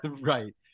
Right